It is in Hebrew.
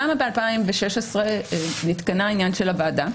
למה ב-2016 נתקנה עניין של הוועדה?